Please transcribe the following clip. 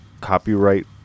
copyright